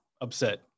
upset